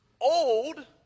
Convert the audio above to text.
Old